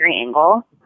angle